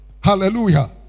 Hallelujah